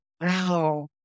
Wow